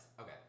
Okay